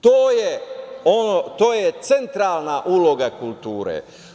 To je centralna uloga kulture.